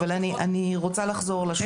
אני רוצה לחזור לשולחן.